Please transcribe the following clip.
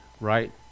right